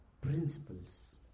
principles